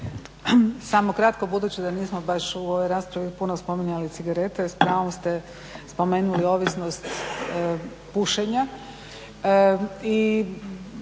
Samo kratko, budući da nismo baš u ovoj raspravi puno spominjali cigarete s pravom ste spomenuli ovisnost pušenja